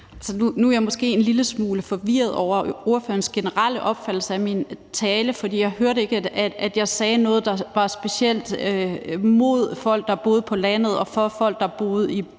Nu er jeg måske en lille smule forvirret over spørgerens generelle opfattelse af min tale, for jeg hørte ikke, at jeg sagde noget, der var specielt mod folk, der bor på landet, og for folk, der bor i